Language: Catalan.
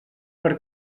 per